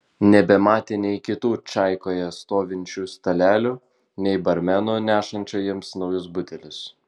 nebematė nei kitų čaikoje stovinčių stalelių nei barmeno nešančio jiems naujus butelius